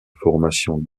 formation